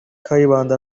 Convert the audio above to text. kayibanda